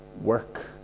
work